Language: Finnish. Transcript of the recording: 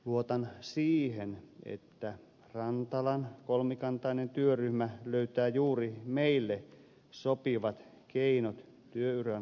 luotan siihen että rantalan kolmikantainen työryhmä löytää juuri meille sopivat keinot työuran jatkamiseen